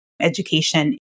education